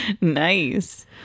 Nice